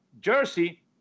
jersey